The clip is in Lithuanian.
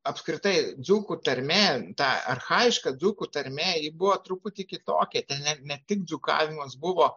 apskritai dzūkų tarmė ta archajiška dzūkų tarmė ji buvo truputį kitokia ten ne ne tik dzūkavimas buvo